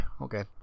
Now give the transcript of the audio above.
Okay